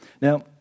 Now